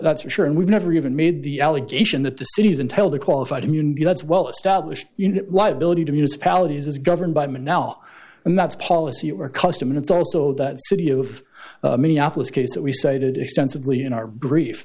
that's for sure and we've never even made the allegation that the city's intel the qualified immunity that's well established you know liability to municipalities is governed by an l and that's policy or custom it's also the city of minneapolis case that we cited extensively in our brief